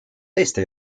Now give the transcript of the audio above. teiste